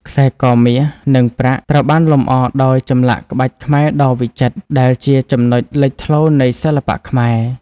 ខ្សែ ក មាស និងប្រាក់ ត្រូវបានលម្អដោយ ចម្លាក់ក្បាច់ខ្មែរដ៏វិចិត្រ ដែលជាចំណុចលេចធ្លោនៃសិល្បៈខ្មែរ។